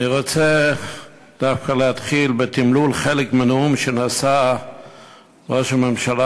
אני רוצה דווקא להתחיל בתמלול חלק מנאום שנשא ראש הממשלה